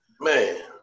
man